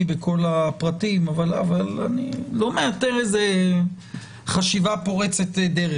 בכל הפרטים אבל אני לא מאתר איזו חשיבה פורצת דרך.